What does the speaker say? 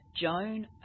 Joan